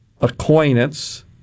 acquaintance